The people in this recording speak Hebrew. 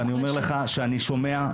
אני שומע,